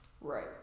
Right